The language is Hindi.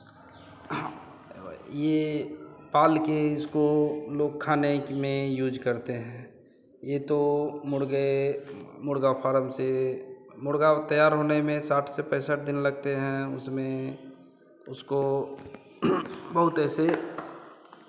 ये पाल के इसको लोग खाने के में यूज़ करते हैं ये तो मुर्गे मुर्गा फारम से मुर्गा वो तैयार होने में साठ से पैंसठ दिन लगते हैं उसमें उसको बहुत ऐसे